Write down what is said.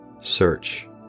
search